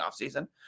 offseason